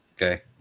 Okay